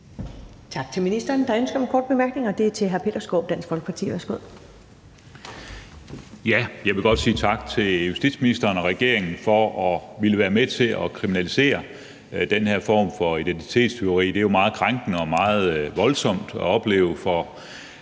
Tak til ministeren. Der er ønske om en kort bemærkning, og det er fra hr. Peter Skaarup, Dansk Folkeparti. Værsgo. Kl. 13:29 Peter Skaarup (DF): Jeg vil godt sige tak til justitsministeren og regeringen for at ville være med til at kriminalisere den her form for identitetstyveri. Det er jo meget krænkende og meget voldsomt at opleve for